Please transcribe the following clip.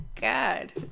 God